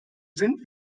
sind